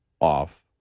off